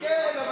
כן,